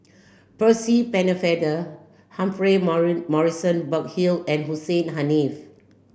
Percy Pennefather Humphrey Morrison Burkill and Hussein Haniff